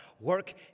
work